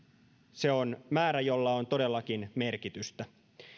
se on määrä jolla on todellakin merkitystä